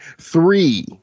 Three